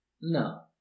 no